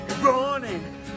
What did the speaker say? running